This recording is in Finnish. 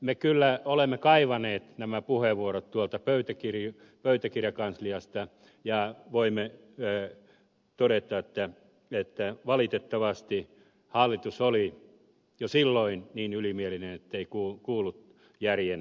me kyllä olemme kaivaneet nämä puheenvuorot tuolta pöytäkirjatoimistosta ja voimme todeta että valitettavasti hallitus oli jo silloin niin ylimielinen ettei kuullut järjen ääntä